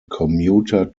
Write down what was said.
commuter